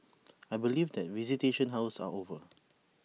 I believe that visitation hours are over